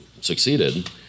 succeeded